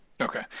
Okay